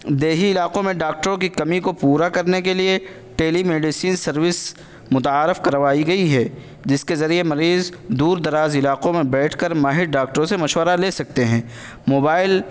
دیہی علاقوں میں ڈاکٹروں کی کمی کو پورا کرنے کے لیے ٹیلی میڈیسن سروس متعارف کروائی گئی ہے جس کے ذریعے مریض دور دراز علاقوں میں بیٹھ کر ماہر ڈاکٹروں سے مشورہ لے سکتے ہیں موبائل